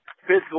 physical